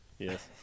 Yes